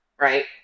right